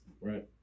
right